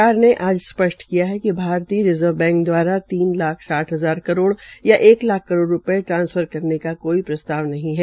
सरकार ने आज स्पष्ट किया है कि भारतीय रिजर्व बैंक दवारा तीन लाख साठ हजार करोड़ या एक लाख करोड़ रूपये ट्रांसफर करने का कोई प्रस्ताव नहीं है